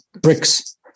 bricks